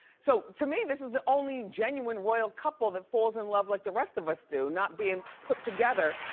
so to me, this is the only genuine royal couple that falls in love like the rest of us do, not being put together.